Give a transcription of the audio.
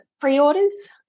pre-orders